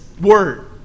word